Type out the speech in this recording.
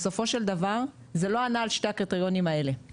בסופו של דבר, זה לא ענה על שני הקריטריונים האלה.